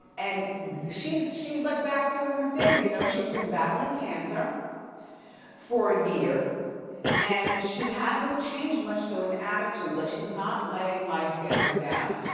and she's she's like back doing her thing, you know? she's been battling cancer for a year and she hasn't changed much, though, in attitude. like she's not letting life get her down.